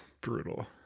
Brutal